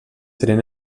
tenien